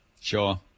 Sure